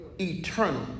eternal